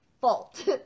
fault